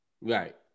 Right